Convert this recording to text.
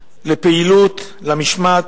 לפעילות, למשמעת.